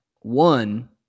One